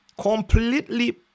completely